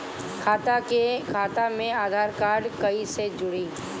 खाता मे आधार कार्ड कईसे जुड़ि?